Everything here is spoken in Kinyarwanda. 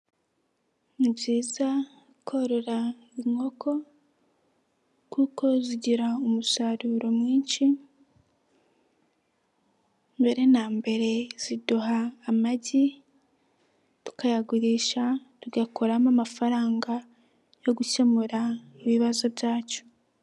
Ni byiza korora inkoko kuko zigira umusaruro mwinshi, mbere na mbere ziduha amagi, tukayagurisha, tugakoramo amafaranga yo gukemura ibibazo byacu.